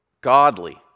godly